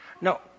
No